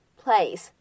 place